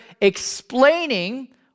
explaining